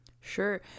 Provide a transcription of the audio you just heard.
Sure